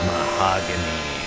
Mahogany